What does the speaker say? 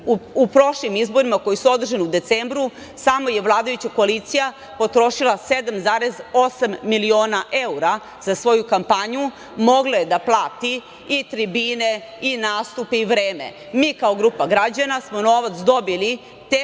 Na prošlim izborima koji su održani u decembru samo je vladajuća koalicija potrošila 7,8 miliona evra za svoju kampanju. Mogla je da plati i tribine i nastupe i vreme. Mi kao grupa građana smo novac dobili tek